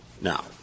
Now